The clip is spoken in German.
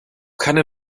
keine